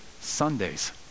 Sundays